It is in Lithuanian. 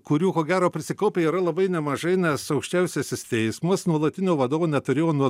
kurių ko gero prisikaupę yra labai nemažai nes aukščiausiasis teismas nuolatinio vadovo neturėjo nuo